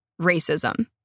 racism